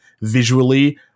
visually